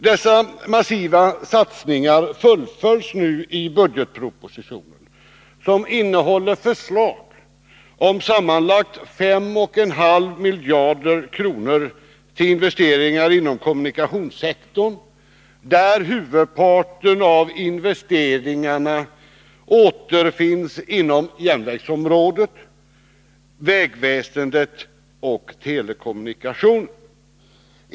Dessa massiva satsningar fullföljs nu i budgetpropositionen, som innehåller förslag om sammanlagt 5,5 miljarder kronor till investeringar inom kommunikationssektorn, där huvudparten av investeringarna återfinns inom järnvägsområdet, vägväsendet och telekommunikationerna.